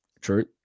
True